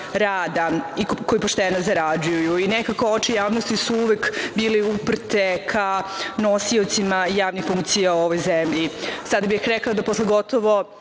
rada i koji pošteno zarađuju. Nekako oči javnosti su uvek bile uprte ka nosiocima javnih funkcija u ovoj zemlji. Sada bih rekla da posle gotovo